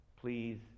Please